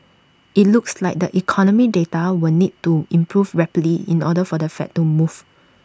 IT looks like the economic data will need to improve rapidly in order for the fed to move